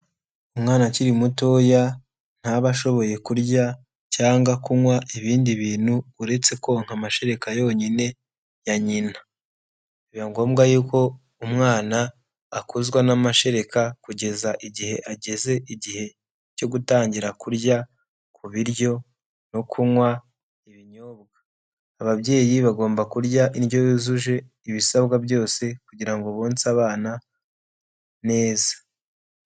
Umwana akiri mutoya ntaba ashoboye kurya cyangwa kunywa ibindi bintu uretse konka amashereka yonyine ya nyina, biba ngombwa yuko umwana akuzwa n'amashereka kugeza igihe ageze igihe cyo gutangira kurya ku biryo no kunywa ibinyobwa. Ababyeyi bagomba kurya indyo yujuje ibisabwa byose, kugira ngo bonse abana neza.